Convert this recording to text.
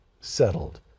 settled